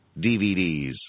DVDs